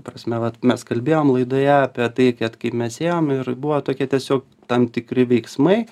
prasme vat mes kalbėjom laidoje apie tai kad kaip mes ėjom ir buvo tokie tiesiog tam tikri veiksmai